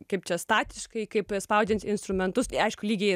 kaip čia statiškai kaip spaudžiant instrumentus aišku lygiai ir